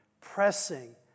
pressing